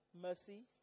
Mercy